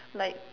like